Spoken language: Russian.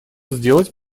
сделать